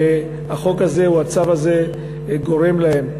שהחוק הזה או הצו הזה גורם להן,